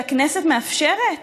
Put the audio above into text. שהכנסת מאפשרת?